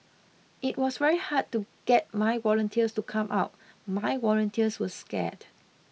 it was very hard to get my volunteers to come out my volunteers were scared